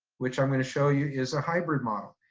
which i'm gonna show you is a hybrid model.